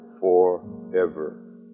forever